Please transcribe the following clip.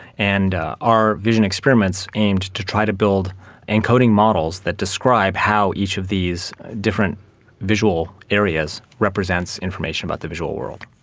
and our vision experiments aim is to try to build encoding models that describe how each of these different visual areas represents information about the visual world.